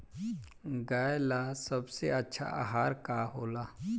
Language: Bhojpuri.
गाय ला सबसे अच्छा आहार का होला?